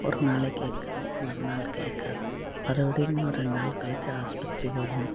ஒரு நாள் கேட்கும் ஒரு நாள் கேட்காது மறுபடியும் ஒரு ரெண்டு நாள் கழிச்சா ஆஸ்பத்திரிக்கு போகணும்